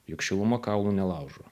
juk šiluma kaulų nelaužo